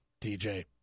DJ